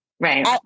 Right